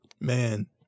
man